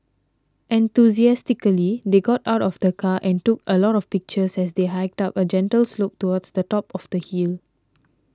enthusiastically they got out of the car and took a lot of pictures as they hiked up a gentle slope towards the top of the hill